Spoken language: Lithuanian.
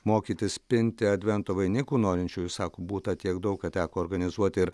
mokytis pinti advento vainikų norinčiųjų sako būta tiek daug ką teko organizuoti ir